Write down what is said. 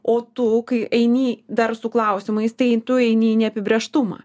o tu kai eini dar su klausimais tai tu eini į neapibrėžtumą